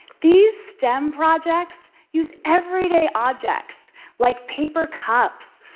these stem projects use everyday objects like paper cups,